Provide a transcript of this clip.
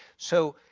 so,